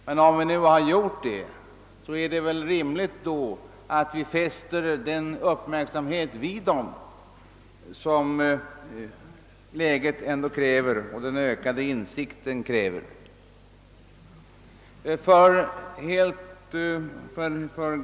Men när man nu har gjort det är det väl rimligt att vi fäster sådan uppmärksamhet vid dessa problem som den ökade insikten kräver.